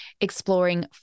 exploring